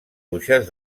bruixes